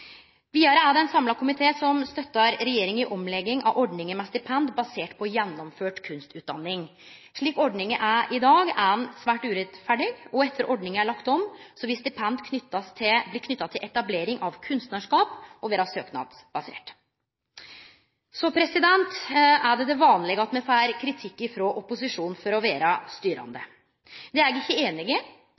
Vidare er det ein samla komité som støttar regjeringa i ei omlegging av ordninga med stipend basert på gjennomført kunstutdanning. Slik ordninga er i dag, er ho svært urettferdig, og etter at ordninga er lagd om, vil stipend bli knytte til etablering av kunstnarskap og vere søknadsbaserte. Så er det det vanlege, at me får kritikk frå opposisjonen for å vere styrande. Det er eg ikkje einig i.